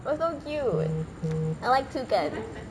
it was so cute I like toucans